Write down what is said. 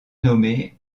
nommé